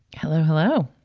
hello. hello.